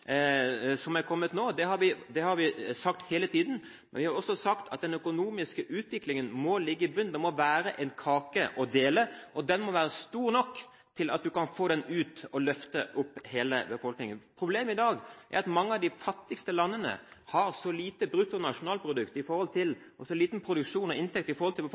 som har kommet nå. Det har vi sagt hele tiden. Vi har også sagt at den økonomiske utviklingen må ligge i bunnen. Det må være én kake å dele. Den må være stor nok til at man kan løfte hele befolkningen. Problemet i dag er at mange av de fattigste landene har et så lite bruttonasjonalprodukt, en så liten produksjon av inntekt i forhold til befolkningen, at hadde man delt ut alt, hadde man likevel hatt stor fattigdom i landet. For